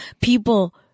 people